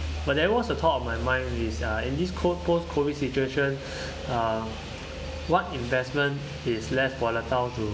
but there was a thought on my mind is uh in this co~ post COVID situation uh what investment is less volatile to